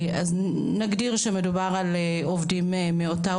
אז נגדיר שמדובר על עובדים מאותה